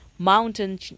Mountain